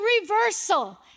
reversal